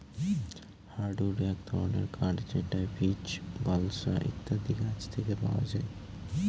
hardwood এক ধরনের কাঠ যেটা বীচ, বালসা ইত্যাদি গাছ থেকে পাওয়া যায়